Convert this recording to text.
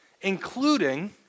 including